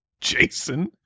Jason